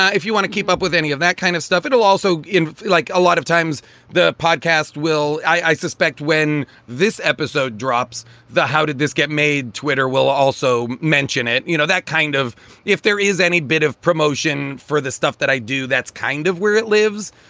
if you want to keep up with any of that kind of stuff, it will also feel like a lot of times the podcast will. i suspect when this episode drops the how did this get made? twitter will also mention it. you know, that kind of if there is any bit of promotion for the stuff that i do, that's kind of where it lives.